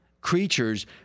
Creatures